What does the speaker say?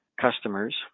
customers